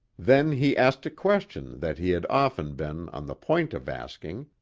then he asked a question that he had often been on the point of asking.